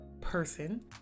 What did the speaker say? person